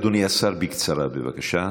אדוני השר, בקצרה, בבקשה,